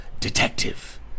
Detective